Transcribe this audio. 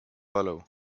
follow